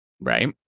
Right